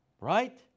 Right